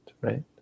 right